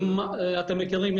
אתם מכירים,